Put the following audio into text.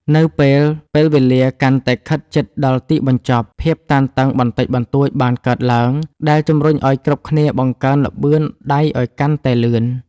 នៅពេល ពេលវេលាកាន់តែខិតជិតដល់ទីបញ្ចប់ ភាពតានតឹងបន្តិចបន្តួចបានកើតឡើង ដែលជម្រុញឱ្យគ្រប់គ្នាបង្កើនល្បឿនដៃឱ្យកាន់តែលឿន។